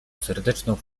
serdeczną